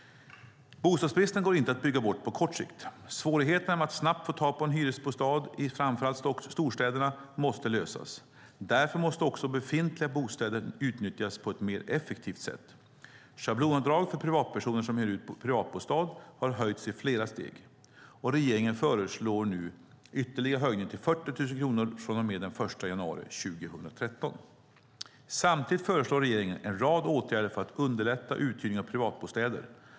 Bostadsbristen går inte att bygga bort på kort sikt. Svårigheterna med att snabbt få tag på en hyresbostad i framför allt storstäderna måste lösas. Därför måste också befintliga bostäder utnyttjas på ett mer effektivt sätt. Schablonavdraget för privatpersoner som hyr ut en privatbostad har höjts i flera steg. Regeringen föreslår nu en ytterligare höjning, till 40 000 kronor, från den 1 januari 2013. Samtidigt föreslår regeringen en rad åtgärder för att underlätta uthyrning av privatbostäder.